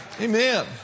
Amen